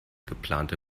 geplante